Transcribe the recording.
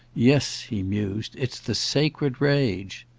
yes, he mused, it's the sacred rage.